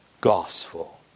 gospel